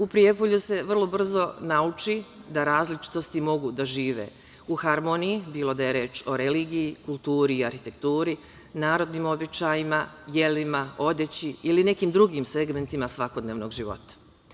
U Prijepolju se vrlo brzo nauči da različitosti mogu da žive u harmoniji, bilo da je reč o religiji, kulturi i arhitekturi, narodnim običajima, jelima, odeći ili nekim drugim segmentima svakodnevnog života.